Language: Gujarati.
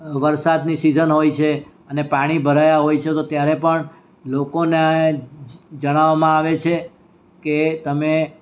વરસાદની સિઝન હોય છે અને પાણી ભરાયાં હોય છે તો ત્યારે પણ લોકોને જણાવવામાં આવે છે કે તમે